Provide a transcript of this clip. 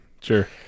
sure